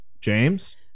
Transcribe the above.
James